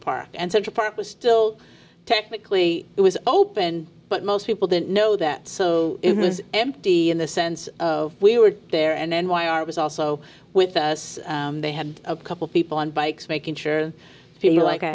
park and central park was still technically it was open but most people didn't know that so it was empty in the sense of we were there and then why our was also with us they had a couple people on bikes making sure if you like